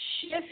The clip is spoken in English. shift